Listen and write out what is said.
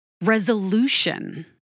resolution